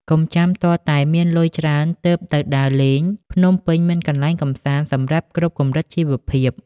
កុំចាំទាល់តែមានលុយច្រើនទើបទៅដើរលេង ភ្នំពេញមានកន្លែងកម្សាន្តសម្រាប់គ្រប់កម្រិតជីវភាព។